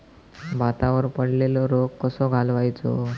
भातावर पडलेलो रोग कसो घालवायचो?